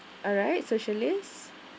alright socialists